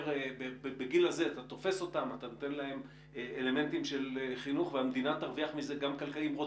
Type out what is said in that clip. בגיל הזה אתה נותן להם אלמנטים של חינוך והמדינה תרוויח מזה כלכלית.